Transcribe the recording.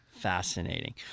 fascinating